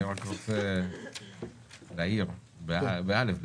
אני רק רוצה להאיר, באל"ף בעיקר.